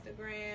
Instagram